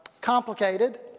complicated